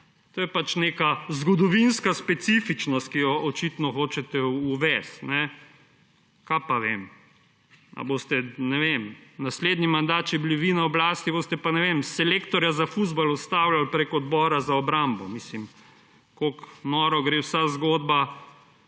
To je pač neka zgodovinska specifičnost, ki jo očitno hočete uvesti. Kaj pa vem, ali boste naslednji mandat, če boste vi na oblasti, ne vem, selektorja za fuzbal odstavljali prek Odbora za obrambo? Kakor noro gre vsa zgodba,